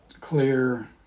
clear